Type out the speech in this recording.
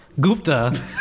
Gupta